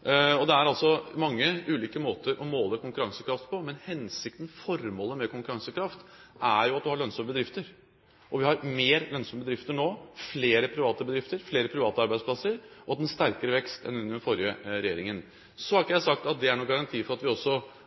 Det er mange ulike måter å måle konkurransekraft på, men hensikten – formålet – med konkurransekraft er at du har lønnsomme bedrifter. Vi har flere lønnsomme bedrifter nå, flere private bedrifter – flere private arbeidsplasser – og vi har hatt en sterkere vekst enn under den forrige regjeringen. Jeg har ikke sagt at det er noen garanti for at vi automatisk får det også